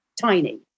tiny